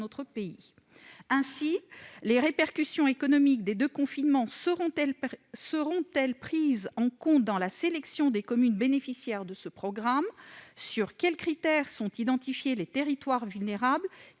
pays. Les répercussions économiques des deux confinements seront-elles prises en compte dans la sélection des communes bénéficiaires de ce programme ? Sur quels critères sont identifiés les territoires vulnérables